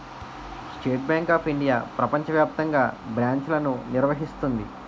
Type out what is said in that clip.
state Bank of India ప్రపంచ వ్యాప్తంగా బ్రాంచ్లను నిర్వహిస్తుంది